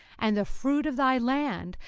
and the fruit of thy land,